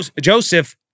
Joseph